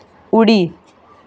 उडी